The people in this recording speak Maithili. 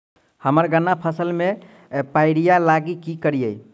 हम्मर गन्ना फसल मे पायरिल्ला लागि की करियै?